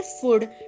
food